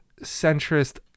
centrist